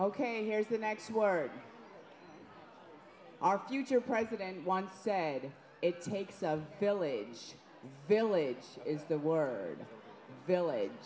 ok here's the next word our future president wants said it takes a village village is the word village